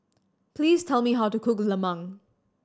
please tell me how to cook lemang